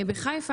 בחיפה,